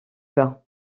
bas